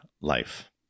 life